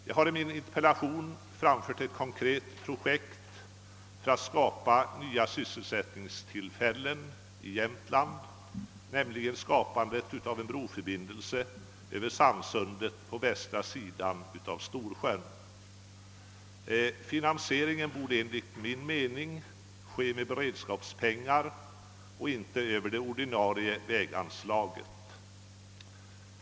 Jag har i min interpellation framfört ett konkret projekt för att åstadkomma nya sysselsättningstillfällen i Jämtland, nämligen skapandet av en broförbindelse över Sannsundet på västra sidan av Storsjön. Finansieringen borde enligt min mening klaras med beredskapspengar och inte över det ordinarie väganslaget.